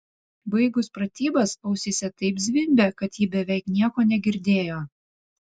baigus pratybas ausyse taip zvimbė kad ji beveik nieko negirdėjo